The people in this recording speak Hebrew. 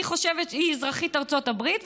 והיא אזרחית ארצות הברית,